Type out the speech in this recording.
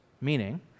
meaning